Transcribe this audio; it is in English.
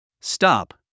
Stop